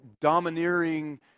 domineering